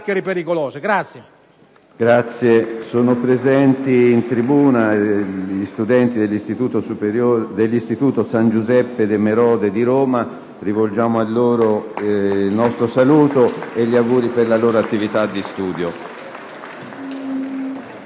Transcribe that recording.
Sono presenti in tribuna gli studenti del «Collegio San Giuseppe-Istituto De Merode» di Roma. Rivolgiamo loro il nostro saluto e gli auguri per la loro attività di studio.